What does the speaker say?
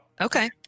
okay